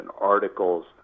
articles